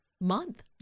month